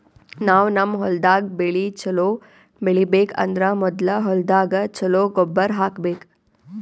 ನಾವ್ ನಮ್ ಹೊಲ್ದಾಗ್ ಬೆಳಿ ಛಲೋ ಬೆಳಿಬೇಕ್ ಅಂದ್ರ ಮೊದ್ಲ ಹೊಲ್ದಾಗ ಛಲೋ ಗೊಬ್ಬರ್ ಹಾಕ್ಬೇಕ್